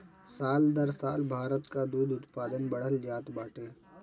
साल दर साल भारत कअ दूध उत्पादन बढ़ल जात बाटे